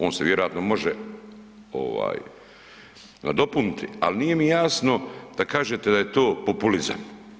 On se vjerojatno može ovaj nadopuniti, al nije mi jasno da kažete da je to populizam.